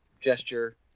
gesture